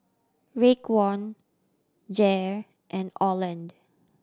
Raekwon Jair and Orland